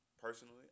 Personally